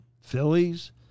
Phillies